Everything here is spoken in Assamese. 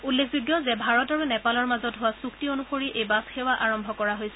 উল্লেখযোগ্য যে ভাৰত আৰু নেপালৰ মাজত হোৱা চুক্তি অনুসৰি এই বাছসেৱা আৰম্ভ কৰা হৈছে